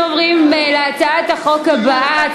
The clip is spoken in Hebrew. אנחנו עוברים להצעת החוק הבאה,